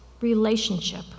relationship